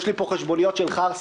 יש לי פה חשבוניות של חרסה.